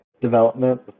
development